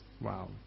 Wow